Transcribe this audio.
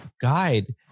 guide